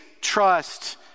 trust